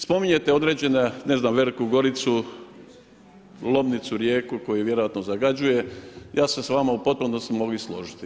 Spominjete određene, ne znam veliku Goricu, Lomnicu, Rijeku koju vjerojatno zagađuje, ja se s vama u potpunosti mogu složiti.